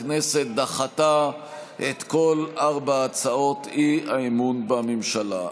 הכנסת דחתה את כל ארבע הצעות האי-אמון בממשלה.